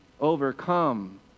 overcome